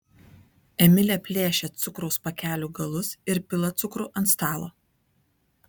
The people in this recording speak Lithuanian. emilė plėšia cukraus pakelių galus ir pila cukrų ant stalo